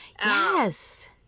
Yes